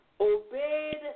obeyed